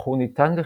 אך הוא ניתן לחישוב.